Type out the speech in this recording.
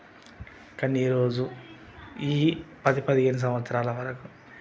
కానీ ఈ రోజు ఈ పది పదిహేను సంవత్సరాలగా